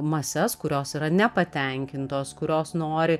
mases kurios yra nepatenkintos kurios nori